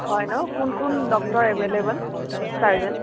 হয় ন কোন কোন ডক্টৰ এভেইলএবল ছাৰ্জন